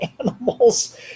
animals